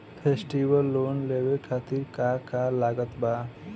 Festival loan लेवे खातिर का का लागत बा?